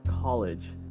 college